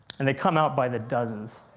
and they come out by the dozens.